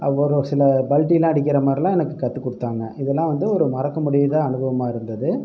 ஒரு சில பல்டில்லாம் அடிக்கிற மாதிரிலாம் எனக்கு கற்றுக் கொடுத்தாங்க இதெல்லாம் வந்து ஒரு மறக்க முடியாத அனுபவமாக இருந்தது